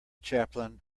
chaplain